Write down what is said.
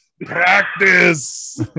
Practice